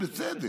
ובצדק.